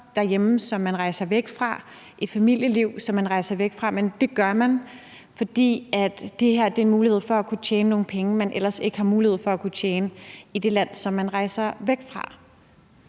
om flere, som har børn og et familieliv derhjemme, som de rejser væk fra, og det gør de, fordi det her er en mulighed at kunne tjene nogle penge, de ellers ikke har mulighed for at kunne tjene i det land, som de rejser væk fra.